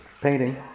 painting